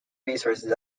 resources